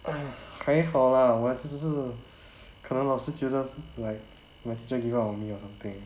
还好 lah 我只是可能老师觉得 like my teacher give up on me or something